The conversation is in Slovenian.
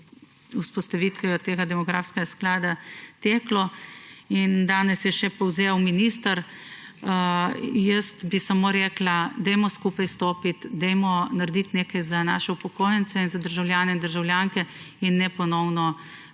vzpostavitev tega demografskega sklada teklo, in danes je še povzel minister. Jaz bi samo rekla, dajmo stopiti skupaj, dajmo narediti nekaj za naše upokojence in za državljane in državljanke in ne ponovno